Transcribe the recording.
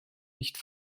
nicht